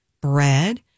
bread